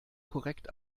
korrekt